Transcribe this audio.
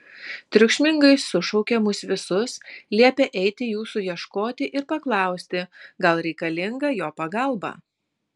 triukšmingai sušaukė mus visus liepė eiti jūsų ieškoti ir paklausti gal reikalinga jo pagalba